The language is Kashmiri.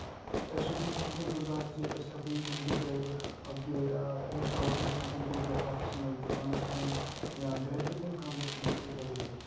أسۍ چھِ تُہُند شُکُر گُزار زِ أسۍ ہٮ۪کو یہِ کُنہِ تہِ جایہِ اَپڈیٹ اِنسٹال کٔرِتھ یا کُنہِ تہِ جایہِ آفسَس منٛز دُکانَس منٛز یا گرِ تہِ کُنہِ کَمرَس منٛز حظ لگٲیِتھ